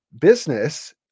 business